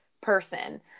person